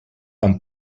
amb